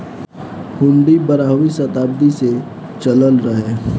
हुन्डी बारहवीं सताब्दी से चलल रहे